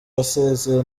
basezeye